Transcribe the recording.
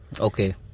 Okay